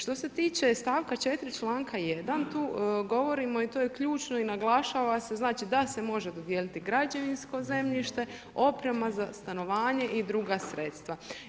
Što se tiče stavka 4. članak 1. tu govorimo i to je ključno i naglašava se da se može dodijeliti građevinsko zemljište, oprema za stanovanje i druga sredstva.